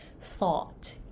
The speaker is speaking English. thought